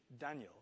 Daniel